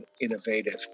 innovative